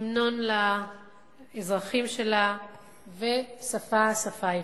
המנון לאזרחים שלה ושפה, השפה העברית.